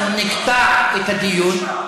אנחנו נקטע את הדיון.